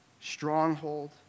stronghold